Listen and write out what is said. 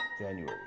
January